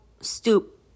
stoop